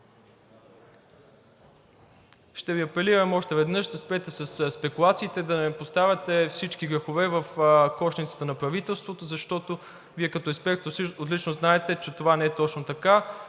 Ще Ви апелирам още веднъж: спрете със спекулациите! Не поставяйте всички грехове в кошницата на правителството, защото Вие като експерт отлично знаете, че това не е точно така.